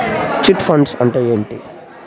Chit fund అంటే ఏంటి?